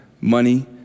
money